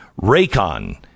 Raycon